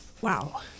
Wow